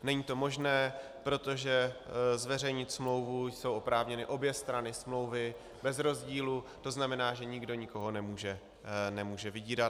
Není to možné, protože zveřejnit smlouvu jsou oprávněny obě strany smlouvy bez rozdílu, to znamená, že nikdo nikoho nemůže vydírat.